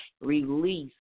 release